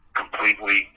completely